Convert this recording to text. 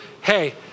hey